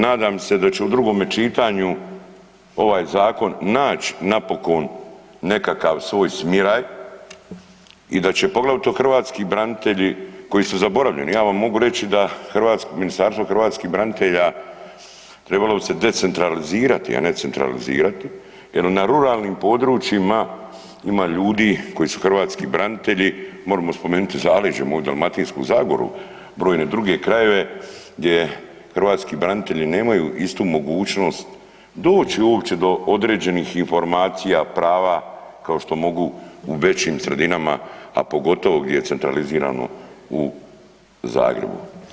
Nadam se da će u drugome čitanju ovaj zakon naći napokon nekakav svoj smiraj i da će poglavito hrvatski branitelji koji su zaboravljeni, ja vam mogu reći da Ministarstvo hrvatskih branitelja trebalo bi se decentralizirati, a ne centralizirati jer na ruralnim područjima ima ljudi koji su hrvatski branitelji moremo spomenuti zaleđe, moju Dalmatinsku zagoru, brojne druge krajeve gdje hrvatski branitelji nemaju istu mogućnost doći uopće do određenih informacija, prava kao što mogu u većim sredinama, a pogotovo gdje je centralizirano, u Zagrebu.